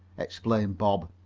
explained bob,